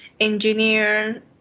Engineer